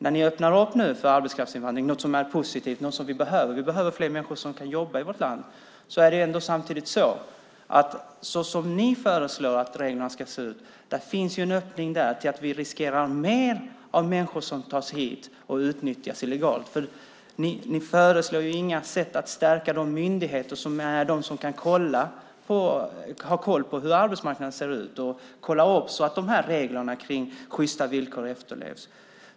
När ni nu öppnar för arbetskraftsinvandring, vilket är positivt eftersom vi behöver fler människor som kan jobba i vårt land, öppnar det samtidigt, såsom ni föreslår att reglerna ska se ut, för risken att fler människor tas hit och utnyttjas illegalt. Ni har inga förslag om att stärka de myndigheter som kan kontrollera hur arbetsmarknaden ser ut så att reglerna om sjysta villkor efterlevs.